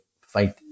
fight